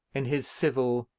in his civil,